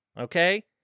okay